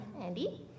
Andy